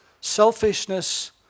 Selfishness